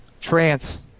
trance